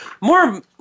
more